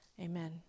Amen